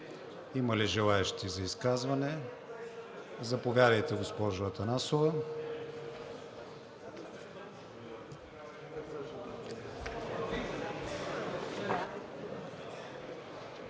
Има ли желаещи за изказване? Заповядайте, госпожо Атанасова.